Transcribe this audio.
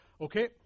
okay